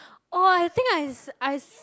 oh I think I s~ I s~